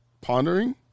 Pondering